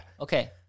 Okay